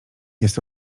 jest